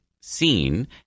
seen